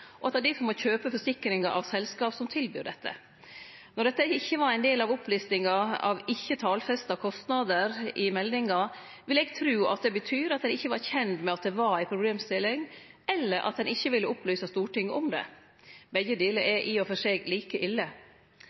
og at dei difor må kjøpe forsikring av selskap som tilbyr dette. Når dette ikkje var ein del av opplistinga av ikkje-talfesta kostnader i meldinga, vil eg tru at det betyr at ein ikkje var kjend med at det var ei problemstilling, eller at ein ikkje ville opplyse Stortinget om det. Begge deler er i og for seg like ille.